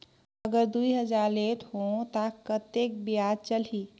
अगर दुई हजार लेत हो ता कतेक ब्याज चलही?